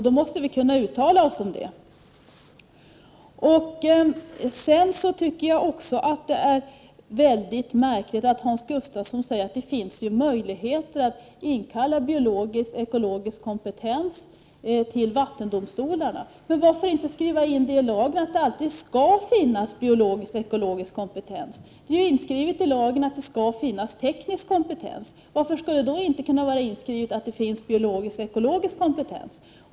Då måste vi kunna uttala oss om det. Det är märkligt att Hans Gustafsson säger att det finns möjligheter att inkalla biologisk och ekologisk kompetens till vattendomstolarna. Men varför inte skriva in i lagen att det alltid skall finnas biologisk och ekologisk kompetens? Det är ju inskrivet i lagen att det skall finnas teknisk kompetens. Varför skulle det då inte kunna vara inskrivet att det skall finnas biologisk och ekologisk kompetens?